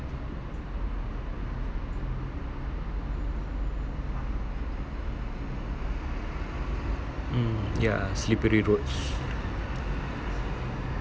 um ya slippery roads